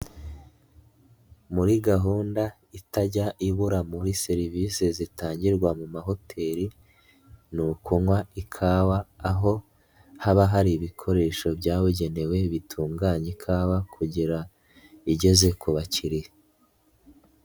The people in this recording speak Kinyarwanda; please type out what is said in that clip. Muri gahunda itajya ibura muri serivisi zitangirwa mu mahoteli ni ukunywa ikawa aho haba hari ibikoresho byabugenewe bitunganya ikawa kugera igeze ku bakiriya.